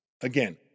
again